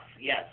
yes